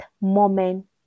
moment